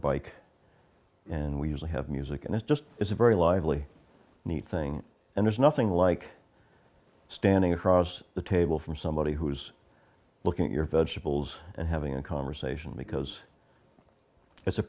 bike and we usually have music and it's just it's a very lively neat thing and there's nothing like standing across the table from somebody who's looking at your vegetables and having a conversation because it's a